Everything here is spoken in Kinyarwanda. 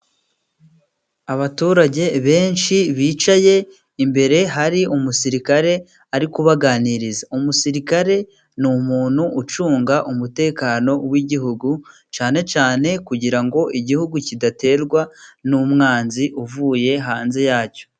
Abaturage benshi bicaye, imbere hari umusirikare ari kubaganiriza. Umusirikare ni umuntu ucunga umutekano w'igihugu, cyane cyane kugira ngo igihugu kidaterwa n'umwanzi uvuye hanze yacyo.